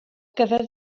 gyfer